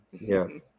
Yes